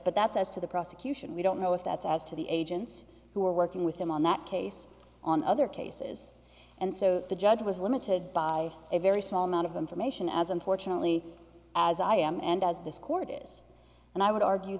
but that's as to the prosecution we don't know if that's as to the agents who were working with him on that case on other cases and so the judge was limited by a very small amount of information as unfortunately as i am and as this court is and i would argue